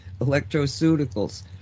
electroceuticals